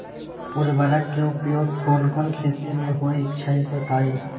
उर्वरक के उपयोग कौन कौन खेती मे होई छई बताई?